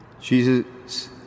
Jesus